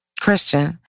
Christian